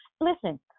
listen